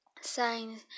Signs